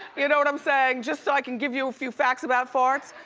you know what i'm sayin'? just so i can give you a few facts about farts,